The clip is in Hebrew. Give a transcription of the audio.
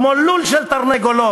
כמו לול של תרנגולות,